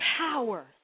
power